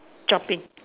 jumping